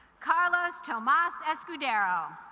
carlos tomas escudero